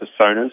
personas